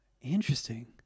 Interesting